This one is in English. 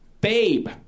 Babe